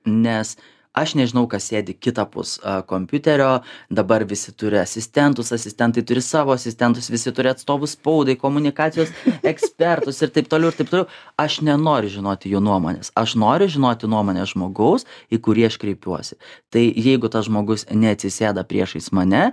nes aš nežinau kas sėdi kitapus kompiuterio dabar visi turi asistentus asistentai turi savo asistentus visi turi atstovus spaudai komunikacijos ekspertus ir taip toliau ir taip toliau aš nenoriu žinoti jų nuomonės aš noriu žinoti nuomonę žmogaus į kurį aš kreipiuosi tai jeigu tas žmogus neatsisėda priešais mane